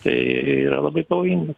tai yra labai pavojingas